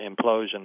implosion